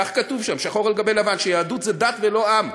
כך כתוב שם שחור על גבי לבן, שיהדות זה דת ולא עם,